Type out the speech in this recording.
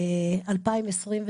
2023,